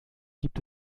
gibt